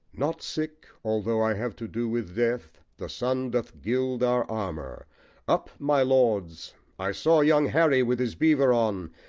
not sick although i have to do with death the sun doth gild our armour up, my lords i saw young harry with his beaver on,